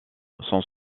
sans